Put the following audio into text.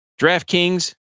DraftKings